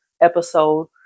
episode